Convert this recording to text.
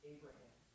Abraham